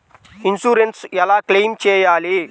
Insurance ఎలా claim చేయాలి?